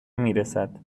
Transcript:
میرسد